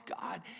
God